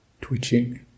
twitching